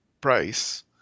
price